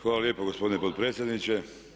Hvala lijepo gospodine potpredsjedniče.